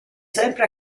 sempre